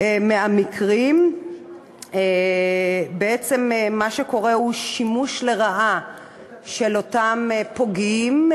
מהמקרים בעצם מה שקורה הוא שימוש לרעה של אותם פוגעים,